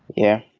yeah.